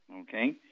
Okay